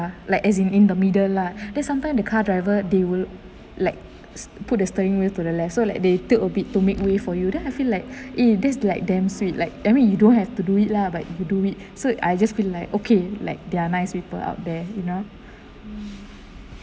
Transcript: like as in in the middle lah then sometime the car driver they will like pull the steering wheel to the left so like they took a bit to make way for you then I feel like eh that's like damn sweet like I mean you don't have to do it lah but you do it so I just feel like okay like there are nice people out there you know